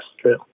true